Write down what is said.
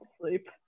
sleep